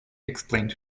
explained